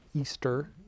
Easter